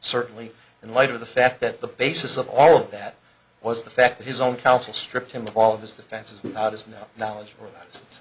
certainly in light of the fact that the basis of all of that was the fact that his own counsel stripped him of all of his defenses without his no knowledge o